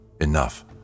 Enough